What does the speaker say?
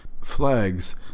flags